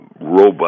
robust